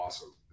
awesome